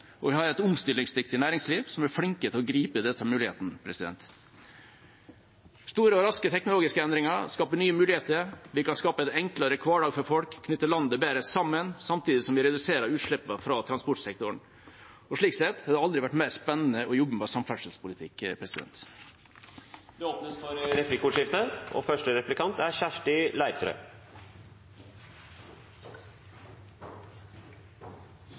og vi har et omstillingsdyktig næringsliv som er flinke til å gripe disse mulighetene. Store og raske teknologiske endringer skaper nye muligheter. Vi kan skape en enklere hverdag for folk og knytte landet bedre sammen, samtidig som vi reduserer utslippene fra transportsektoren. Slik sett har det aldri vært mer spennende å jobbe med samferdselspolitikk. Det blir replikkordskifte. Jeg var på besøk i ferjefylket Møre og Romsdal for ti dager siden. Der er